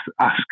ask